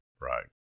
Right